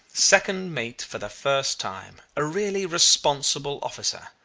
second mate for the first time a really responsible officer!